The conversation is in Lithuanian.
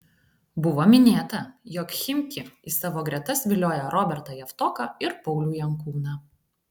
buvo minėta jog chimki į savo gretas vilioja robertą javtoką ir paulių jankūną